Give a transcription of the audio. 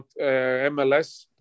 MLS